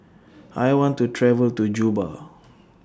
I want to travel to Juba